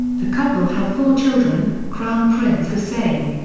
the couple have four children crown prince hussein.